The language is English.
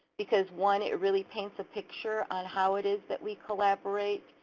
because one, it really paints a picture on how it is that we collaborate,